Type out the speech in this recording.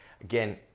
Again